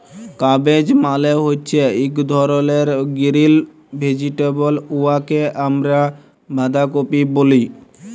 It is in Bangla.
ক্যাবেজ মালে হছে ইক ধরলের গিরিল ভেজিটেবল উয়াকে আমরা বাঁধাকফি ব্যলি